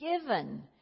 given